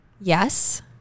yes